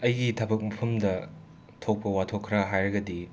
ꯑꯩꯒꯤ ꯊꯕꯛ ꯃꯐꯝꯗ ꯊꯣꯛꯄ ꯋꯥꯊꯣꯛ ꯈꯔ ꯍꯥꯏꯔꯒꯗꯤ